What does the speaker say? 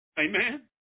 Amen